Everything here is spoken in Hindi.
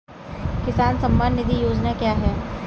किसान सम्मान निधि योजना क्या है?